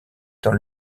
dans